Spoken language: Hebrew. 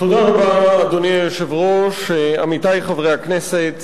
אדוני היושב-ראש, תודה רבה, עמיתי חברי הכנסת,